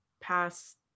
past